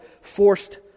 forced